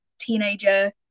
teenager